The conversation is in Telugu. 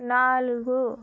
నాలుగు